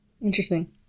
Interesting